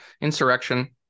Insurrection